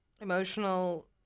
Emotional